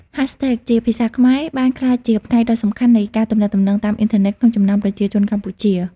Hashtags ជាភាសាខ្មែរបានក្លាយជាផ្នែកដ៏សំខាន់នៃការទំនាក់ទំនងតាមអ៊ីនធឺណិតក្នុងចំណោមប្រជាជនកម្ពុជា។